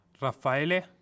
Raffaele